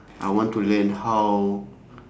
I want to learn how